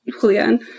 Julian